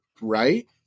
Right